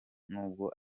nubwo